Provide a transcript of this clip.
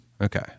Okay